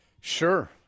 Sure